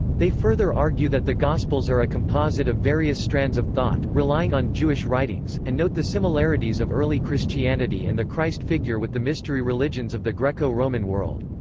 they further argue that the gospels are a composite of various strands of thought, relying on jewish writings, and note the similarities of early christianity and the christ figure with the mystery religions of the greco-roman world.